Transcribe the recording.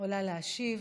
עולה להשיב.